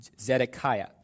Zedekiah